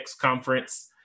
conference